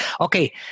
Okay